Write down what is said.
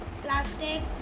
Plastic